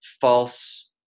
false